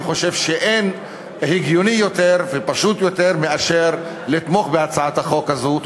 אני חושב שאין הגיוני יותר ופשוט יותר מאשר לתמוך בהצעת החוק הזאת.